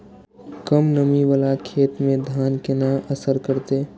कम नमी वाला खेत में धान केना असर करते?